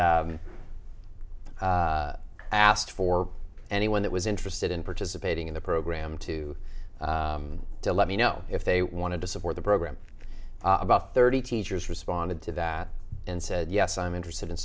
asked for anyone that was interested in participating in the program to let me know if they wanted to savor the program about thirty teachers responded to that and said yes i'm interested in